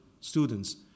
students